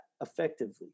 effectively